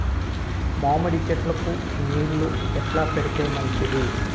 మామిడి చెట్లకు నీళ్లు ఎట్లా పెడితే మంచిది?